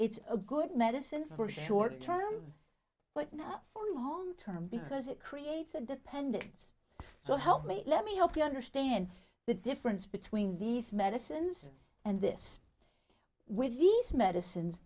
it's a good medicine for short term but not for long term because it creates a dependence so help me let me help you understand the difference between these medicines and this with these medicines